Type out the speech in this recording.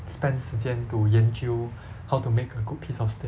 spend 时间 to 研究 how to make a good piece of steak